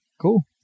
Cool